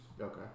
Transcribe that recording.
Okay